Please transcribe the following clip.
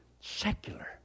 Secular